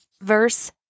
verse